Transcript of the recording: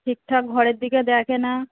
ঠিকঠাক ঘরের দিকে দেখে না